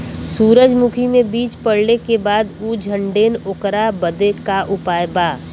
सुरजमुखी मे बीज पड़ले के बाद ऊ झंडेन ओकरा बदे का उपाय बा?